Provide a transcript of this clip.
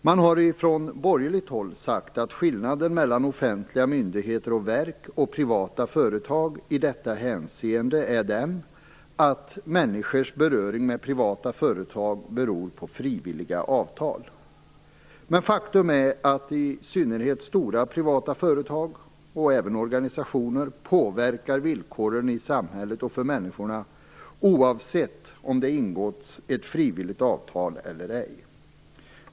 Man har från borgerligt håll sagt att skillnaden mellan offentliga myndigheter och verk och privata företag i detta hänseende är att människors beröring med privata företag beror på frivilliga avtal. Men faktum är att i synnerhet stora privata företag och även organisationer påverkar villkoren i samhället och för människorna, oavsett om det ingåtts ett frivilligt avtal eller ej.